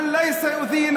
האם נכשלה התקווה בנו?